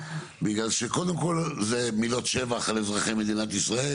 בגלל שקודם כל אלה מילות שבח על אזרחי מדינת ישראל